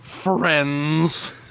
friends